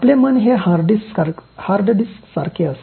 आपले मन हे हार्ड डिस्कसारखे असते